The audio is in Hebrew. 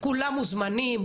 כולם מוזמנים,